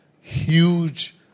huge